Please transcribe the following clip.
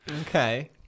Okay